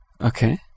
Okay